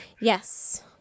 yes